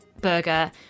burger